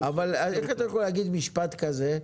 --- אבל איך אתה יכול להגיד משפט כזה,